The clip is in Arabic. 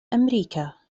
أمريكا